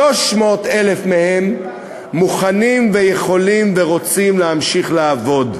ו-300,000 מהם מוכנים ויכולים ורוצים להמשיך לעבוד.